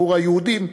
עבור היהודים,